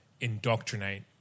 indoctrinate